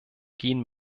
gehen